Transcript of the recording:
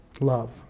love